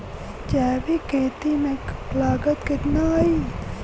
जैविक खेती में लागत कितना आई?